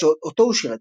אותו הוא שירת כפייטן.